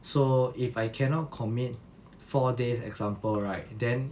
so if I cannot commit four days example right then